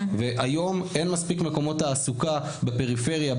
והיום אין מספיק מקומות תעסוקה בפריפריה,